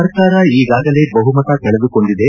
ಸರ್ಕಾರ ಈಗಾಗಲೇ ಬಹುಮತ ಕಳೆದುಕೊಂಡಿದೆ